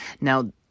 Now